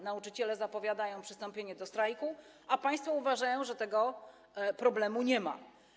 Nauczyciele zapowiadają przystąpienie do strajku, a państwo uważają, że tego problemu nie ma.